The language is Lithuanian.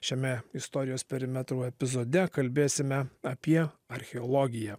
šiame istorijos perimetrų epizode kalbėsime apie archeologiją